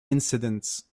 incidents